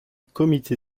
comité